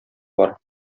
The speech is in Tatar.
бар